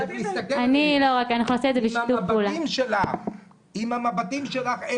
עם המבטים שלך,